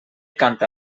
canta